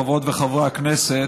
חברות וחברי הכנסת,